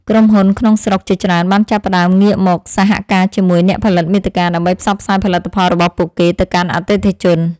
ក្រុមហ៊ុនក្នុងស្រុកជាច្រើនបានចាប់ផ្តើមងាកមកសហការជាមួយអ្នកផលិតមាតិកា ដើម្បីផ្សព្វផ្សាយផលិតផលរបស់ពួកគេទៅកាន់អតិថិជន។